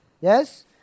Yes